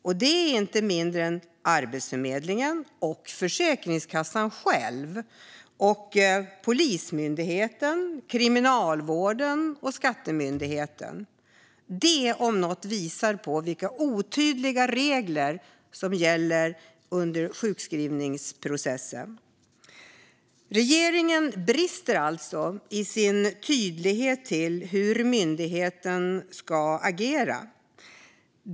Det gäller inga mindre än Arbetsförmedlingen, Försäkringskassan själv, Polismyndigheten, Kriminalvården och Skatteverket. Det om något visar vilka otydliga regler som gäller för sjukskrivningsprocessen. Regeringen brister alltså i sin tydlighet gällande hur myndigheterna ska agera.